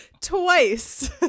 twice